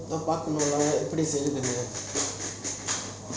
தூ பாக்கிறிங்களா எப்பிடி செய்றதுன்னு:thoo paakiringala epidi seirathunu